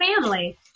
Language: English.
family